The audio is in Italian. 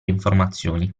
informazioni